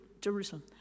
Jerusalem